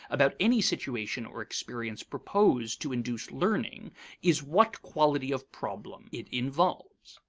about any situation or experience proposed to induce learning is what quality of problem it involves.